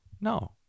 No